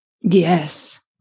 Yes